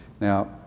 Now